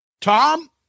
Tom